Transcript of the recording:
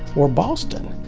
or boston.